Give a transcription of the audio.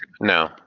no